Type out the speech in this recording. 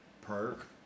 Perk